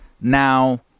now